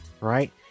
right